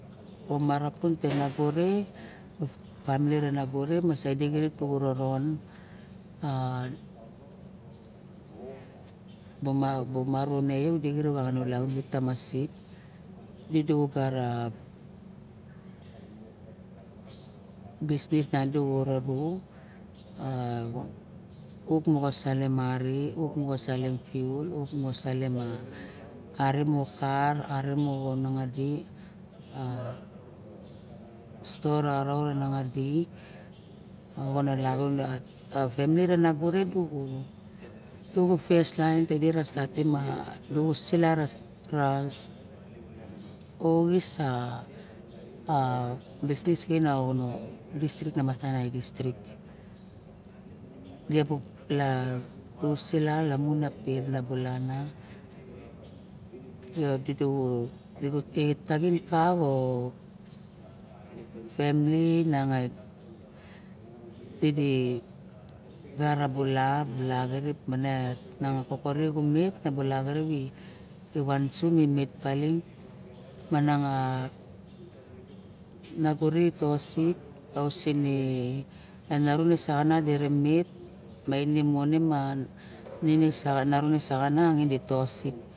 Bung marapun te nago re ma family xirip pe nago re ma sa ide xirip di bu roron a bumaraune yo de xirip dibu roron ra ra tamasik midu gara bisnis moro du bo om a uk moxo salem a ari uk mo salem fiul moxo salem a ari moxo rar ari moxo nangadi a sto ra araut a nangadi oxona lagunon ka femeli ra nago re dubu fest laen mo statim duru sula ra oxis a bisnis kain a oxono distrik namatanai distrik diabu laen ka di sula moxo pera na sula na yo dudu bu pet ka xo femely maing a i dira bula xirip mene korore xu met na bula xirip i vansu me vet baling mananga nago re tosik taosinne kana run e saxana dire met ma ine mon ne na saxana ngan e tosik